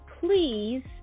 please